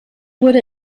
wurde